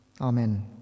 Amen